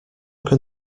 can